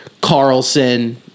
Carlson